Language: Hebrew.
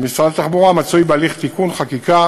משרד התחבורה מצוי בהליך תיקון חקיקה